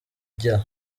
bya